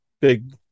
big